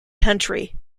county